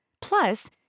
Plus